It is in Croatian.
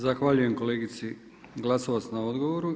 Zahvaljujem kolegici Glasovac na odgovoru.